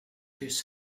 his